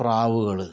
പ്രാവുകള്